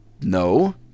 no